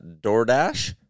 DoorDash